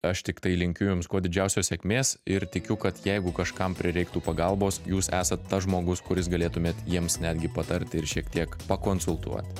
aš tiktai linkiu jums kuo didžiausios sėkmės ir tikiu kad jeigu kažkam prireiktų pagalbos jūs esat tas žmogus kuris galėtumėt jiems netgi patarti ir šiek tiek pakonsultuot